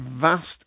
vast